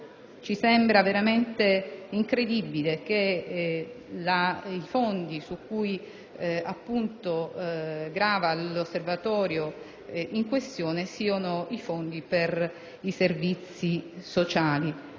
sia veramente incredibile che i fondi su cui grava l'Osservatorio in questione siano quelli per i servizi sociali.